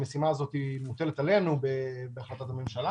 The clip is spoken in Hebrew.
המשימה הזאת מוטלת עלינו בהחלטת הממשלה